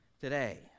today